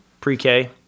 pre-K